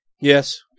Yes